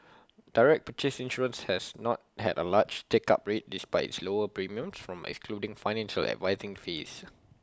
direct purchase insurance has not had A large take up rate despite its lower premiums from excluding financial advising fees